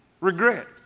Regret